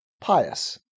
pious